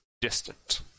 distant